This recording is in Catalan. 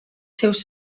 seus